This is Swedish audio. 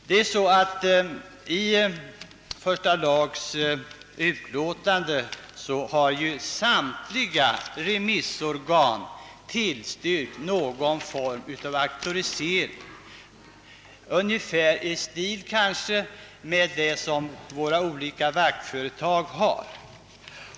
Samtliga remissorgan har i första lagutskottets utlåtande tillstyrkt någon form av auktorisering, ungefär i stil med den som vaktföretag har.